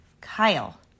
Kyle